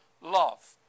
love